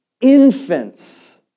infants